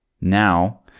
Now